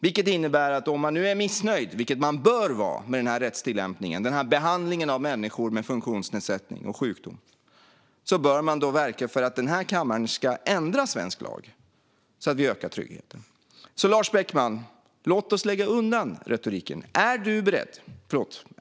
Det innebär att om man nu är missnöjd - vilket man bör vara med den här rättstillämpningen och behandlingen av människor med funktionsnedsättning och sjukdom - bör man verka för att denna kammare ska ändra svensk lag så att vi ökar tryggheten. Låt oss lägga undan retoriken, Lars Beckman.